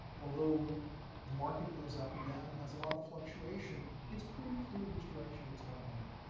although the market goes up and down and has a lot of fluctuation, it's pretty clear which direction it's all going.